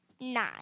nine